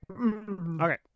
Okay